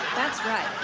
that's right,